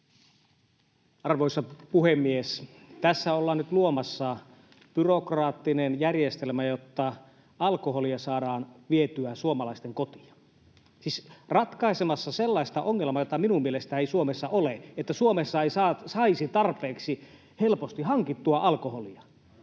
Arvoisa puhemies! Tässä ollaan nyt luomassa byrokraattinen järjestelmä, jotta alkoholia saadaan vietyä suomalaisten kotiin. Siis ollaan ratkaisemassa sellaista ongelmaa, jota minun mielestäni ei Suomessa ole, että Suomessa ei saisi tarpeeksi helposti hankittua alkoholia.